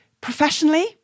professionally